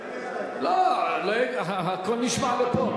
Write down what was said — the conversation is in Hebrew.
לא, הכול נשמע פה.